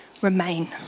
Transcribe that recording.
remain